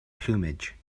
plumage